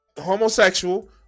homosexual